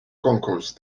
concourse